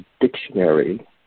Dictionary